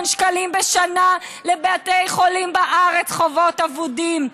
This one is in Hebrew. שקלים בשנה לבתי חולים בארץ חובות אבודים.